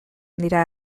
dira